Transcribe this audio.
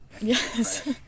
yes